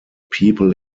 people